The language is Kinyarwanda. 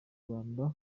rwanda